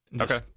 Okay